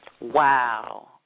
wow